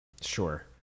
Sure